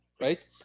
right